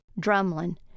Drumlin